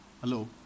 Hello